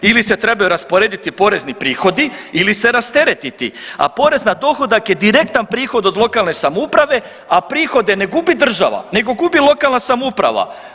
Ili se trebaju rasporediti porezni prihodi ili se rasteretiti, a pored na dohodak je direktan prihod od lokalne samouprave, a prihode ne gubi država nego gubi lokalna samouprava.